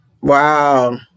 wow